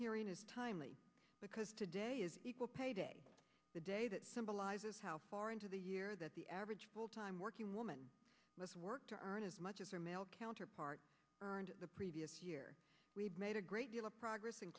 hearing is timely because today is equal pay day the day that symbolizes how far into the year that the average full time working woman let's work to earn as much as her male counterpart and the previous year we've made a great deal of progress